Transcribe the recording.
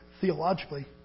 theologically